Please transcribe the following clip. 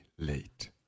Late